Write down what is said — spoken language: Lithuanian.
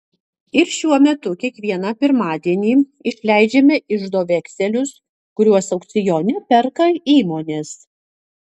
ir šiuo metu kiekvieną pirmadienį išleidžiame iždo vekselius kuriuos aukcione perka įmonės